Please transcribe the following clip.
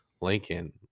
lincoln